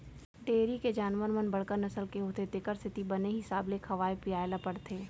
dairy के जानवर मन बड़का नसल के होथे तेकर सेती बने हिसाब ले खवाए पियाय ल परथे